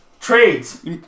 trades